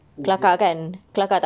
oh ya